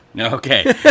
Okay